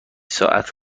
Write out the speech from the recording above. ساعت